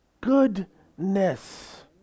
goodness